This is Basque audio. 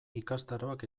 ikastaroak